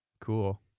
Cool